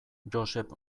josep